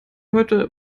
heute